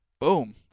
Boom